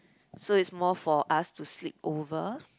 so it's more for us to sleepover